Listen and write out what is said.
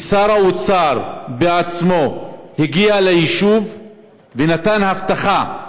ושר האוצר בעצמו הגיע ליישוב ונתן הבטחה,